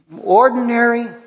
ordinary